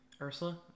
Ursula